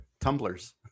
tumblers